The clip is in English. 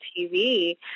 TV